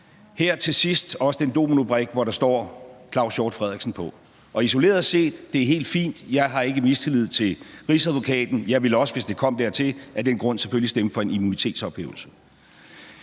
her til sidst også den dominobrik, hvor der står Claus Hjort Frederiksen på. Isoleret set er det helt fint, jeg har ikke mistillid til Rigsadvokaten; jeg ville også, hvis det kom dertil, af den grund selvfølgelig stemme for en immunitetsophævelse.